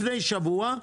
לפני שבוע,